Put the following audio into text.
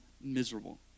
miserable